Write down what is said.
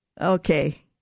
Okay